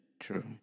True